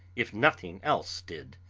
if nothing else did.